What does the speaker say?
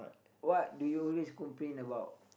what do you always complain about